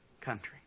country